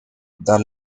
the